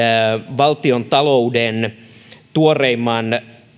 valtiontalouden tuoreimman